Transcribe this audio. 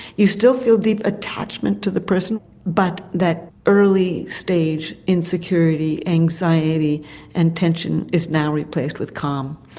you still feel deep attachment to the person but that early stage insecurity, anxiety and tension is now replaced with calm.